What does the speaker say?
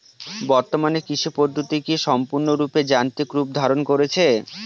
বর্তমানে কৃষি পদ্ধতি কি সম্পূর্ণরূপে যান্ত্রিক রূপ ধারণ করেছে?